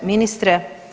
Ministre.